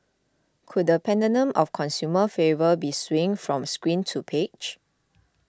could the pendulum of consumer favour be swinging from screen to page